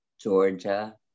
Georgia